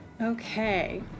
Okay